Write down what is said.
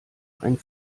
ein